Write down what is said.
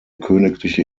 königliche